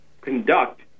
conduct